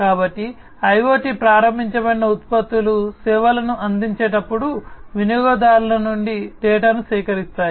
కాబట్టి IoT ప్రారంభించబడిన ఉత్పత్తులు సేవలను అందించేటప్పుడు వినియోగదారుల నుండి డేటాను సేకరిస్తాయి